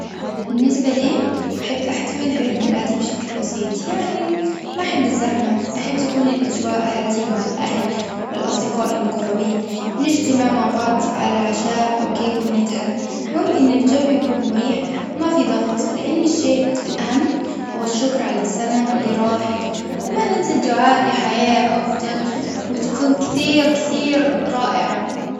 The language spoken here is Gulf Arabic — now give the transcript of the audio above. بالنسبة ليه? احب احتفل بعيد ميلادي بشكل بسيط. يعني ما احب الزحمة. احب تكون الاجواء هادية مع الاهل. والاصدقاء المقربين. نجتمع مع بعض على عشاء او كيك ونضحك. المهم انه الجو يكون مريح. ما في ضغط. لان الشيء الاهم هو الشكر على السما لراحة ومن انت الدعاء لحياة افضل وتكون كثير كثير رائعة